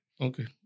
Okay